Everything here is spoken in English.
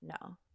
No